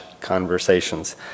conversations